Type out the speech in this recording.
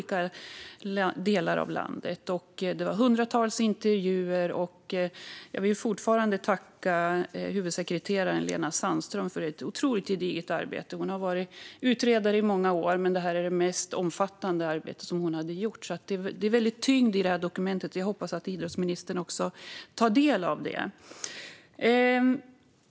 Det gjordes hundratals intervjuer, och jag vill än en gång tacka huvudsekreterare Lena Sandström för ett mycket gediget arbete. Hon har varit utredare i många år, men detta är det mest omfattande arbete hon har gjort. Det är mycket tyngd i detta dokument, och jag hoppas att idrottsministern tar del av det.